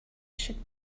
should